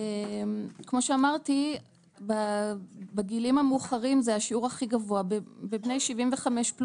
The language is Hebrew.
כמו שאמרתי בגילאים המאוחרים זה השיעור הכי גבוה ובני 75+,